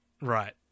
Right